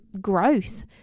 growth